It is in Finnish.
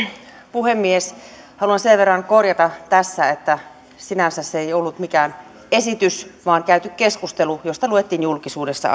puhemies haluan sen verran korjata tässä että sinänsä se ei ollut mikään esitys vaan käyty keskustelu josta kerrottiin julkisuudessa